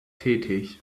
tätig